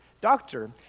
doctor